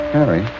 Harry